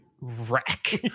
wreck